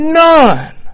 none